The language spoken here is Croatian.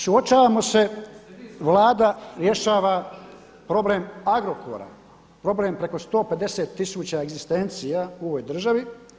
Suočavamo se, Vlada rješava problem Agrokora, problem preko 150000 egzistencija u ovoj državi.